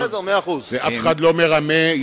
אף אחד לא מרמה.